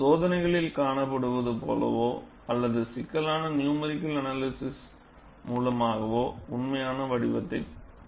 சோதனைகளில் காணப்படுவது போலவோ அல்லது சிக்கலான நியூமரிகள் அனலைசிஸ் மூலமாகவோ உண்மையான வடிவத்தைப் பார்ப்போம்